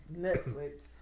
Netflix